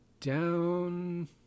down